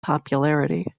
popularity